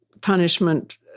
punishment